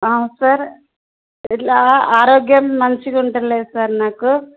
sir ఇట్లా ఆరోగ్యం మంచిగుండుటలేదు సార్ నాకు